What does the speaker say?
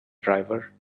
driver